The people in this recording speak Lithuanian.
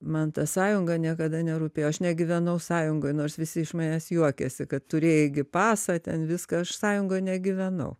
man ta sąjunga niekada nerūpėjo aš negyvenau sąjungoj nors visi iš manęs juokėsi kad turėjai gi pasą ten viską aš sąjungoj negyvenau